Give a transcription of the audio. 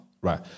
right